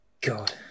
god